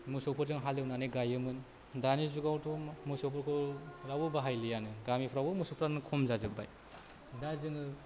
मोसौफोरजों हालेवनानै गायोमोन दानि जुगावथ' मोसौफोरखौ रावबो बाहायलियानो गामिफोरावबो मोसौफोरानो खम जाजोब्बाय दा जोङो